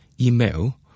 email